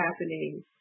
happening